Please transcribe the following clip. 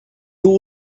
who